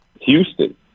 Houston